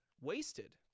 Wasted